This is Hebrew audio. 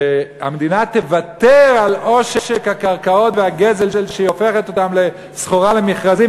שהמדינה תוותר על עושק הקרקעות והגזל כשהיא הופכת אותן לסחורה למכרזים,